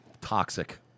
toxic